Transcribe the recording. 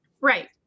Right